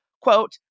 quote